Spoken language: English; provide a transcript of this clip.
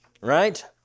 right